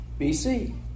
BC